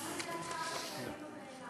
זה כולל את הקזינו באילת שראש הממשלה תומך בו?